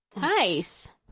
Nice